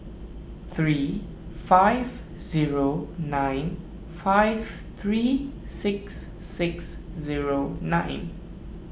three five zero nine five three six six zero nine